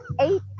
eight